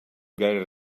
gaire